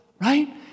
right